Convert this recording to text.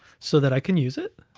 so that i can use it,